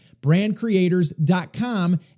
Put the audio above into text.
brandcreators.com